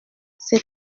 c’est